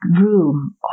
room